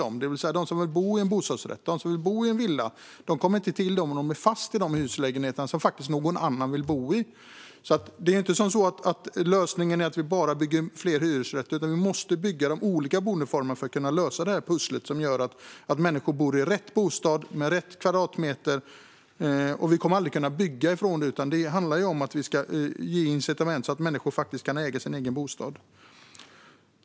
De som vill bo i en bostadsrätt eller en villa kommer inte dit, utan de är fast i de hyreslägenheter som någon annan faktiskt vill bo i. Lösningen är alltså inte att vi bara bygger fler hyresrätter, utan vi måste bygga olika boendeformer för att kunna lösa pusslet. Människor ska bo i rätt bostad med rätt kvadratmeteryta. Vi kommer aldrig att kunna bygga oss ifrån detta, utan det handlar om att ge människor incitament så att de kan äga sin egen bostad.